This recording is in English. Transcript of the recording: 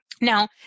Now